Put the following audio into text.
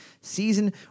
season